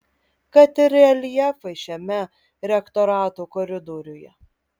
kad ir reljefai šiame rektorato koridoriuje